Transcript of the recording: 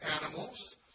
animals